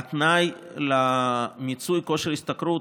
התנאי למיצוי כושר השתכרות,